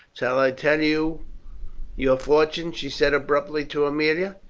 shall i tell you your fortune? she said abruptly to aemilia.